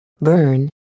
Burn